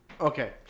Okay